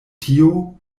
tio